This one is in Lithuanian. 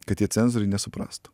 kad tie cenzoriai nesuprastų